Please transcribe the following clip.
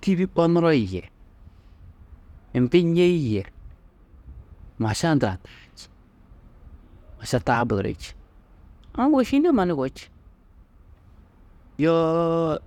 tîbi onuroi yê imbi ñêi yê maša maša taa buduri či. Aũ wošiyinîe mannu yugó či, yoo.